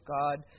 God